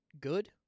good